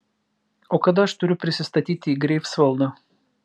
o kada aš turiu prisistatyti į greifsvaldą